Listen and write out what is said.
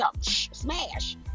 smash